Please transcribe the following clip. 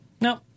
no